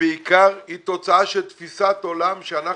ובעיקר היא תוצאה של תפיסת עולם שאנחנו,